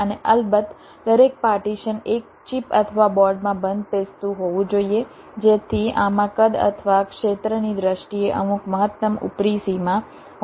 અને અલબત્ત દરેક પાર્ટીશન એક ચિપ અથવા બોર્ડમાં બંધબેસતું હોવું જોઈએ જેથી આમાં કદ અથવા ક્ષેત્રની દ્રષ્ટિએ અમુક મહત્તમ ઉપરી સીમા હોઈ શકે